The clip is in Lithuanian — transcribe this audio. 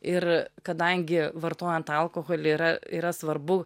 ir kadangi vartojant alkoholį yra yra svarbu